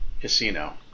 casino